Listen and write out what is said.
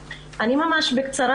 אני רוצה להגיד ממש בקצרה